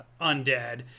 undead